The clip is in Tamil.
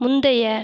முந்தைய